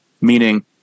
meaning